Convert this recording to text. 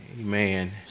amen